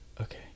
Okay